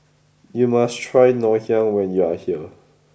you must try Ngoh hiang when you are here